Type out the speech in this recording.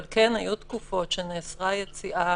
אבל כן היו תקופות שנאסרה יציאה